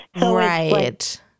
Right